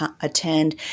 attend